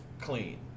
clean